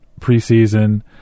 preseason